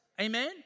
Amen